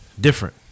Different